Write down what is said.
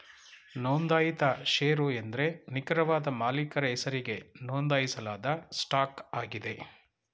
ನೊಂದಾಯಿತ ಶೇರು ಎಂದ್ರೆ ನಿಖರವಾದ ಮಾಲೀಕರ ಹೆಸರಿಗೆ ನೊಂದಾಯಿಸಲಾದ ಸ್ಟಾಕ್ ಆಗಿದೆ